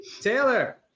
Taylor